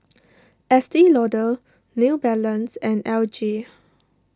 Estee Lauder New Balance and L G